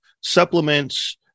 supplements